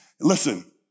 listen